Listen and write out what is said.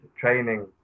training